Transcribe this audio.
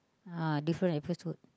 uh different episode